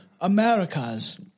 Americas